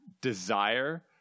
desire